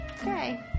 okay